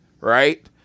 right